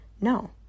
no